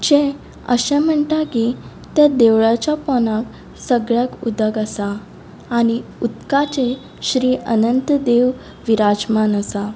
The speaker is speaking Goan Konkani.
जें अशें म्हणटा की त्या देवळाच्या पोंदाक सगळ्याक उदक आसा आनी उदकाचेर श्री अनंत देव विराजमन आसा